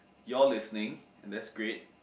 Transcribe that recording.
you're listening and that's great